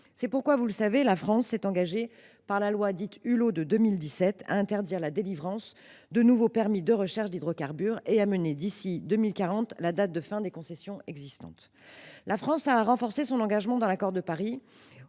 C’est pourquoi la France s’est engagée, par la loi dite Hulot de 2017, à interdire la délivrance de nouveaux permis de recherches d’hydrocarbures et à ramener à 2040 la date de fin des concessions existantes. La France a renforcé son engagement dans l’accord de Paris